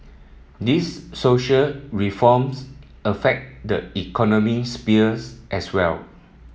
these social reforms affect the economic spheres as well